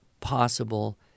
possible